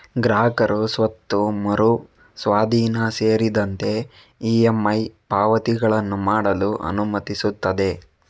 ಗ್ರಾಹಕರು ಸ್ವತ್ತು ಮರು ಸ್ವಾಧೀನ ಸೇರಿದಂತೆ ಇ.ಎಮ್.ಐ ಪಾವತಿಗಳನ್ನು ಮಾಡಲು ಅನುಮತಿಸುತ್ತದೆ